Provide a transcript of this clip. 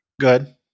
Good